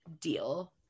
deal